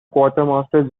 quartermaster